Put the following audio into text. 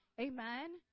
Amen